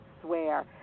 swear